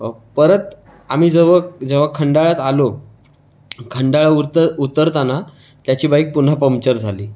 परत आम्ही जव जेव्हा खंडाळ्यात आलो खंडाळा उतर उतरताना त्याची बाईक पुन्हा पम्पचर झाली